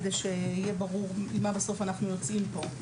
כדי שיהיה ברור עם מה אנחנו יוצאים מפה בסוף.